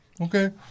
Okay